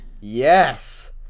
Yes